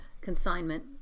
consignment